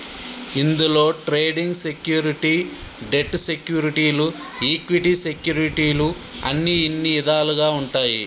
ఇందులో trading security, debt సెక్యూరిటీలు equity సెక్యూరిటీలు అని ఇన్ని ఇదాలుగా ఉంటాయి